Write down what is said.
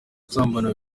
gusambana